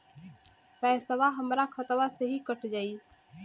पेसावा हमरा खतवे से ही कट जाई?